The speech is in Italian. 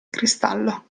cristallo